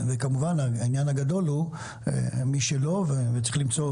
כמובן העניין הגדול הוא מי שלא וצריך למצוא